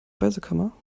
speisekammer